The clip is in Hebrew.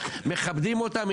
מכבדים אותם,